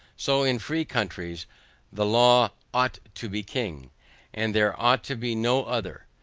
so in free countries the law ought to be king and there ought to be no other.